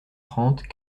trente